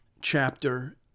chapter